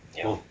oh